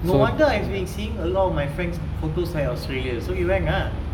no wonder I was being seeing a lot of my friends in photos at australia so he went ah you can go